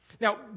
Now